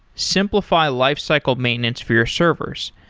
simplify lifecycle maintenance for your servers.